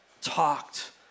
talked